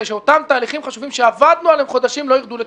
שאותם תהליכים חשובים שעבדנו עליהם חודשים לא יירדו לטמיון.